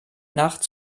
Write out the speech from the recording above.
nacht